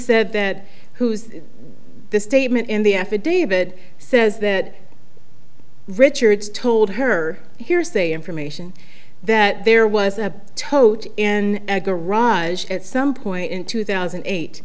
that whose the statement in the affidavit says that richards told her hearsay information that there was a tote in a garage at some point in two thousand and eight